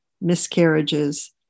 miscarriages